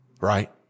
Right